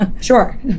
Sure